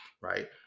right